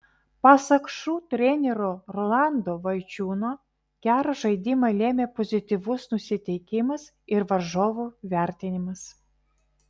pasak šu trenerio rolando vaičiūno gerą žaidimą lėmė pozityvus nusiteikimas ir varžovų vertinimas